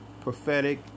Prophetic